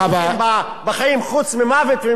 קבועים בחיים חוץ ממוות וממסים,